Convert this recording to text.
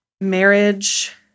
Marriage